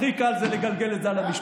הכי קל זה לגלגל את זה על המשפחות,